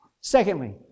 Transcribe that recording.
Secondly